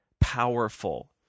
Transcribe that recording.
powerful